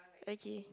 okay